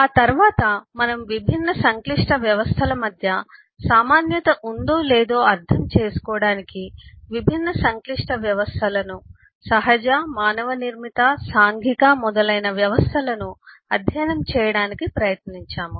ఆ తర్వాత మనము విభిన్న సంక్లిష్ట వ్యవస్థల మధ్య సామాన్యత ఉందో లేదో అర్థం చేసుకోవడానికి విభిన్న సంక్లిష్ట వ్యవస్థలను సహజ మానవ నిర్మిత సాంఘిక మొదలైన వ్యవస్థలను అధ్యయనం చేయడానికి ప్రయత్నించాము